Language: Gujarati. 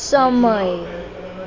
સમય